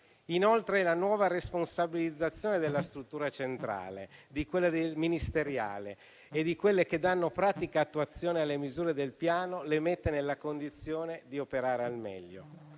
Inoltre, la nuova responsabilizzazione della struttura centrale, di quella ministeriale e di quelle che danno pratica attuazione alle misure del Piano le mette nella condizione di operare al meglio.